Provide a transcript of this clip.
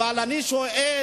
אבל אני שואל: